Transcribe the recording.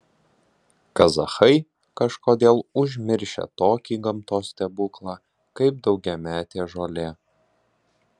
kazachai kažkodėl užmiršę tokį gamtos stebuklą kaip daugiametė žolė